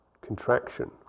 contraction